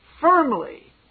firmly